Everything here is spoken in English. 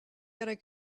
gotta